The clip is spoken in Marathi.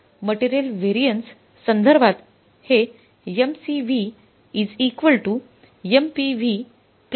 मटेरियल व्हॅरियन्स संधार्बत हे MCV MPV MUV